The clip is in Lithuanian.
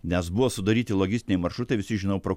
nes buvo sudaryti logistiniai maršrutai visi žinojo pro